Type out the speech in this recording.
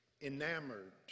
enamored